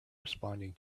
responding